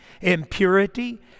impurity